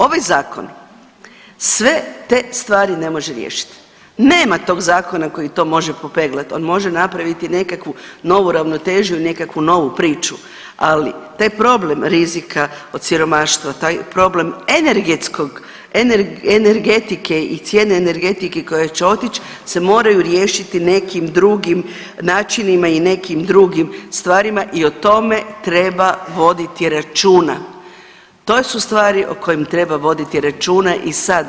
Ovaj zakon sve te stvari ne može riješit, nema tog zakona koji to može popeglat, on može napraviti nekakvu novu ravnotežu i nekakvu novu priču, ali taj problem rizika od siromaštva, taj problem energetskog, energetike i cijene energetike koja će otić se moraju riješiti nekim drugim načinima i nekim drugim stvarima i o tome treba voditi računa, to su stvari o kojim treba voditi računa i sad.